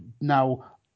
now